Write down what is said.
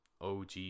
OG